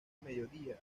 mediodía